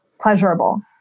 pleasurable